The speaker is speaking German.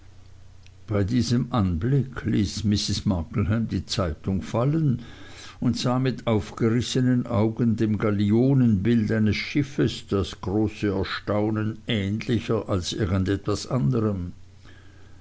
bei diesem anblick ließ mrs markleham die zeitung fallen und sah mit aufgerissnen augen dem gallionenbild eines schiffes das große erstaunen ähnlicher als irgend etwas anderem